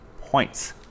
points